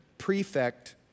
prefect